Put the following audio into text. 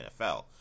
NFL